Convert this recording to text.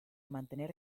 mantener